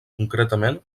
concretament